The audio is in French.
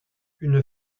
une